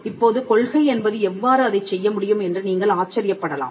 இப்போது கொள்கை என்பது எவ்வாறு அதைச் செய்ய முடியும் என்று நீங்கள் ஆச்சரியப்படலாம்